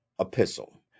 epistle